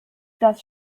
das